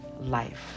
life